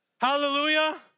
Hallelujah